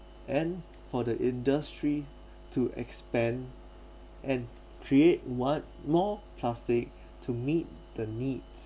and for the industry to expand and create what more plastic to meet the needs